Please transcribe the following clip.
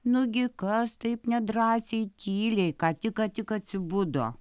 nu gi kas taip nedrąsiai tyliai ką tik ką tik atsibudo